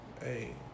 Hey